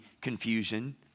confusion